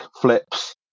flips